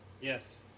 Yes